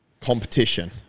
competition